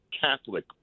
Catholic